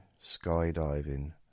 Skydiving